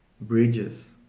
bridges